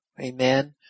Amen